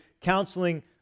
counseling